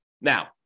Now